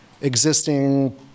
existing